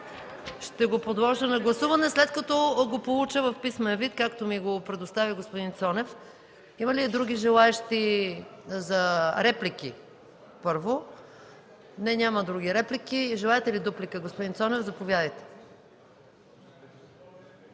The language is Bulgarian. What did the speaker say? ще го подложа на гласуване, след като го получа в писмен вид, както ми го предостави господин Цонев. Има ли други желаещи за реплики? Няма. Желаете ли дуплика, господин Цонев? Заповядайте!